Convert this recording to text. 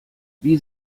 wie